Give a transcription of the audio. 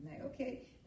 Okay